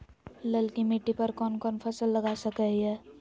ललकी मिट्टी पर कोन कोन फसल लगा सकय हियय?